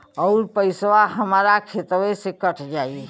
अउर पइसवा हमरा खतवे से ही कट जाई?